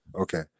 okay